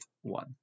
one